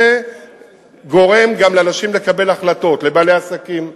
זה גורם גם לאנשים לקבל החלטות: בעלי עסקים,